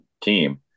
team